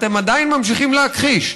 אתם עדיין ממשיכים להכחיש.